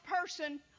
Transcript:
person